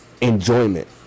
enjoyment